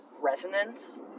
resonance